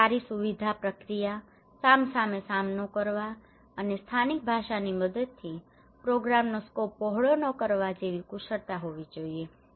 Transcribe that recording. અને સારી સુવિધા પ્રક્રિયા સામસામે સામનો કરવા અને સ્થાનિક ભાષાની મદદથી પ્રોગ્રામનો સ્કોપ પહોળો ન કરવા જેવી કુશળતા હોવી જોઈએ